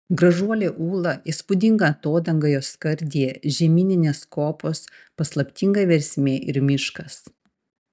gražuolė ūla įspūdinga atodanga jos skardyje žemyninės kopos paslaptinga versmė ir miškas